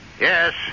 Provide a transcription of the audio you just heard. Yes